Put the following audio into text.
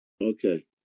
Okay